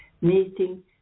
Meeting